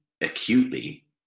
acutely